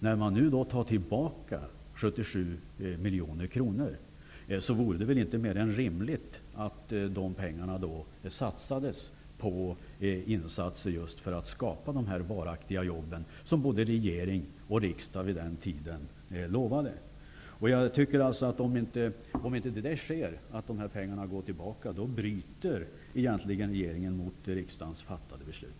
När staten nu kräver tillbaka 77 miljoner kronor, vore det väl inte mer än rimligt att dessa pengar satsades på insatser just för att skapa de varaktiga jobb som både regering och riksdag lovade vid tidpunkten för beslutet om Saab. Om dessa pengar inte återbetalas, bryter regeringen egentligen mot riksdagens fattade beslut.